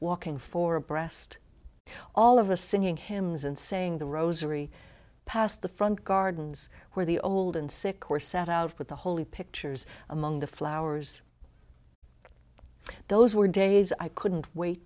walking for abreast all of a singing hymns and saying the rosary past the front gardens where the old and sick or sat out with the holy pictures among the flowers those were days i couldn't wait